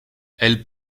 elle